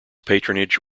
patronage